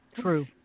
true